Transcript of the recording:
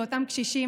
לאותם קשישים,